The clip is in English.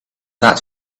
that